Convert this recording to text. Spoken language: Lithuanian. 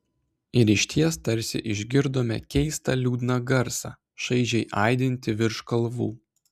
ir išties tarsi išgirdome keistą liūdną garsą šaižiai aidintį virš kalvų